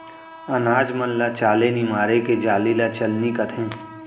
अनाज मन ल चाले निमारे के जाली ल चलनी कथें